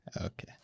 okay